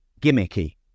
gimmicky